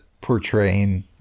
portraying